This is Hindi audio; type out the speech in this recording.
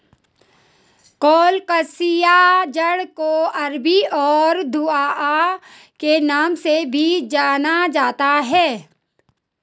कोलोकासिआ जड़ को अरबी और घुइआ के नाम से भी जाना जाता है